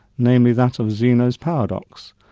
namely that of zeno's paradox.